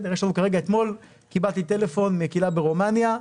אתמול קיבלתי טלפון מקהילה ברומניה,